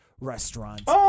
Restaurant